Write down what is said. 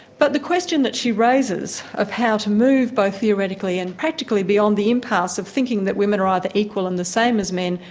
but the question that she raises of how to move both theoretically and practically beyond the impasse of thinking that women are ah either equal and the same as men,